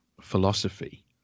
philosophy